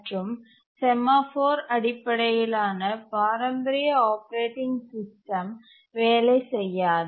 மற்றும் செமாஃபோர் அடிப்படையிலான பாரம்பரிய ஆப்பரேட்டிங் சிஸ்டம் வேலை செய்யாது